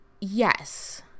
Yes